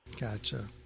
Gotcha